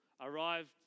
arrived